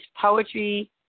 poetry –